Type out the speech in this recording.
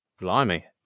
Blimey